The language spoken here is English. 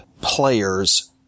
players